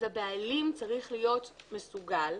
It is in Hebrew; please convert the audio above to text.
אז הבעלים צריך להיות מסוגל,